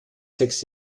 sechs